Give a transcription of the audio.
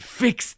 fix